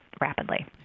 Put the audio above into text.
rapidly